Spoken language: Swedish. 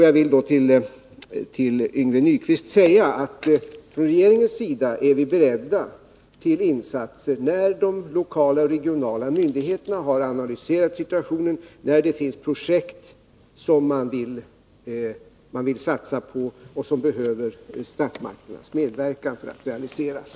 Jag vill till Yngve Nyquist säga att från regeringens sida är vi beredda till insatser när de lokala och regionala myndigheterna har analyserat situationen och när det finns projekt som man vill satsa på och som behöver statsmakternas medverkan för att realiseras.